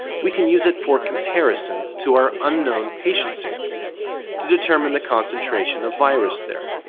we can use it for comparison to our unknown patient samples to determine the concentration of virus there.